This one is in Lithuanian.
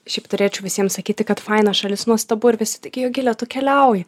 šiaip turėčiau visiems sakyti kad faina šalis nuostabu ir visi taigi jogile tu keliauji